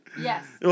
Yes